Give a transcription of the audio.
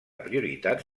prioritat